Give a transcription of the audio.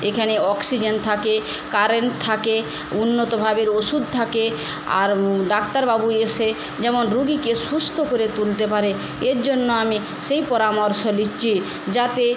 এখানে অক্সিজেন থাকে কারেন্ট থাকে উন্নতভাবের ওষুধ থাকে আর ডাক্তারবাবু এসে যেমন রোগীকে সুস্থ করে তুলতে পারে এর জন্য আমি সেই পরামর্শ নিচ্ছি যাতে